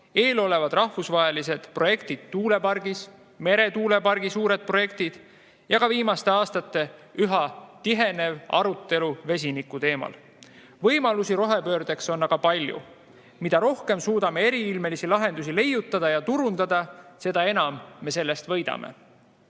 eesolevad rahvusvahelised tuulepargiprojektid, meretuulepargi suured projektid ja ka viimaste aastate üha tihenev arutelu vesiniku teemal. Võimalusi rohepöördeks on aga palju. Mida rohkem suudame eriilmelisi lahendusi leiutada ja turundada, seda enam me sellest võidame. Ära